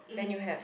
mmhmm